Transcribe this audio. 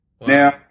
Now